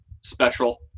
special